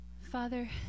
father